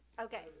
Okay